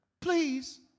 Please